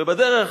ובדרך